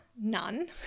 none